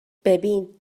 ببین